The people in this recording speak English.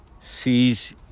sees